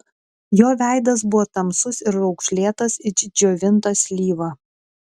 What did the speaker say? jo veidas buvo tamsus ir raukšlėtas it džiovinta slyva